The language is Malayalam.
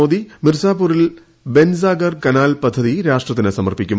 മോദി മിർസാപൂറിൽ ബെൻസാഗർ കനാൽ പദ്ധതി രാഷ്ട്രത്തിനു സമർപ്പിക്കും